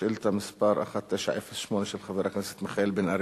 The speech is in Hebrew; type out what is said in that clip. שאילתא מס' 1908, של חבר הכנסת מיכאל בן-ארי,